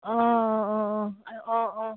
অঁ অঁ অঁ অঁ অঁ অঁ